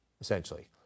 essentially